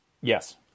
Yes